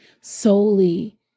solely